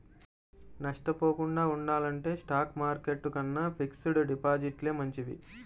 నష్టపోకుండా ఉండాలంటే stock market కన్నా ఫిక్స్డ్ డిపాజిట్లే మంచివి